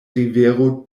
rivero